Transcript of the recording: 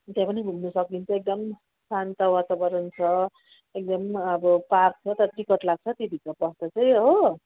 त्यहाँ पनि घुम्न सकिन्छ एकदम शान्त वातावरण छ एकदम अब पार्क छ तर टिकट लाग्छ त्यहाँभित्र पस्दा चाहिँ हो